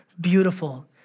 beautiful